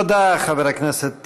תודה, חבר הכנסת טיבי.